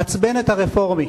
עצבן את הרפורמי.